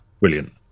brilliant